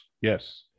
Yes